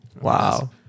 Wow